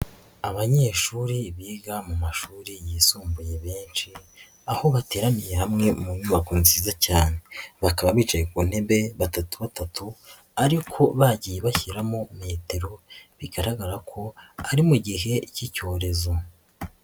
Abanyeshuri biga mu mashuri yisumbuye benshi aho bateraniye hamwe mu nyubako nziza cyane, bakaba bicaye ku ntebe batatu batatu ariko bagiye bashyiramo metero bigaragara ko ari mu gihe cy'icyorezo.